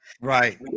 right